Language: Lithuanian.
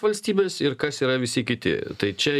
valstybės ir kas yra visi kiti tai čia